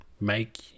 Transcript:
make